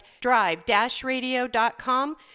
drive-radio.com